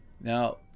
Now